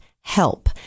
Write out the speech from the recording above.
Help